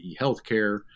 Healthcare